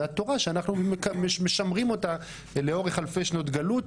זה התורה שאנחנו משמרים אותה לאורך אלפי שנות גלות.